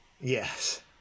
Yes